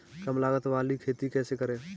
कम लागत वाली खेती कैसे करें?